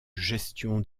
gestion